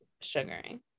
sugaring